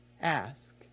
Ask